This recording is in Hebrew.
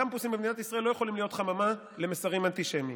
הקמפוסים במדינת ישראל לא יכולים להיות חממה למסרים אנטישמיים.